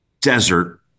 desert